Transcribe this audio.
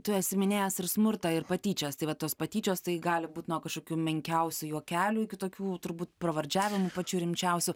tu esi minėjęs ir smurtą ir patyčias tai vat tos patyčios tai gali būt nuo kažkokių menkiausių juokelių iki tokių turbūt pravardžiavimų pačių rimčiausių